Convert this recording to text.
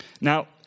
Now